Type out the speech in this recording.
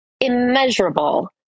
immeasurable